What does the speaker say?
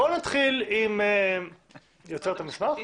בואו נתחיל עם משרד המשפטים.